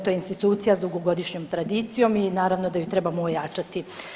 To je institucija sa dugogodišnjom tradicijom i naravno da ju trebamo ojačati.